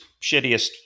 shittiest